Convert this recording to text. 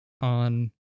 On